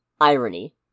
Irony